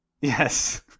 yes